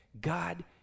God